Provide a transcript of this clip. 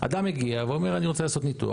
אדם מגיע, אומר אני רוצה לעשות ניתוח.